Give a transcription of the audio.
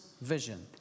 vision